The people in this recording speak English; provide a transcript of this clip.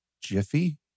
Jiffy